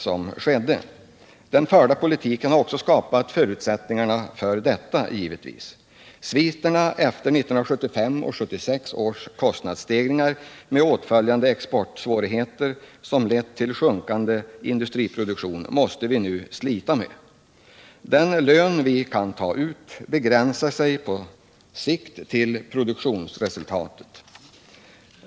Givetvis har den förda politiken skapat förutsättningar för det. Sviterna efter 1975 och 1976 års kostnadsstegringar med påföljande exportsvårigheter, som ledde till sjunkande industriproduktion, måste vi nu slita med. Den lön som vi kan ta ut hänger på sikt ihop med produktionsresultatet.